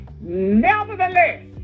Nevertheless